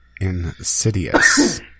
Insidious